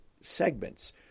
segments